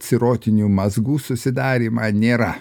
cirotinių mazgų susidarymą nėra